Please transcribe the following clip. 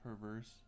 perverse